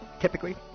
typically